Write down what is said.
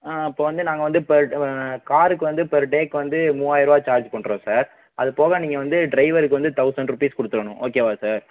ஆ அப்போ வந்து நாங்கள் வந்து இப்போ காருக்கு வந்து பெர் டேக்கு வந்து மூவாயரூவா சார்ஜ் பண்ணுறோம் சார் அதுபோக நீங்கள் வந்து ட்ரைவருக்கு வந்து தௌசண்ட் ருபீஸ் கொடுத்துரணும் ஓகேவா சார்